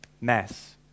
Mass